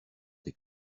des